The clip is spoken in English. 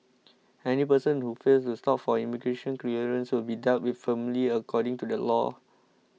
any person who fails to stop for immigration clearance will be dealt with firmly according to the law